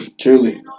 Truly